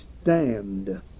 stand